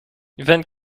vingt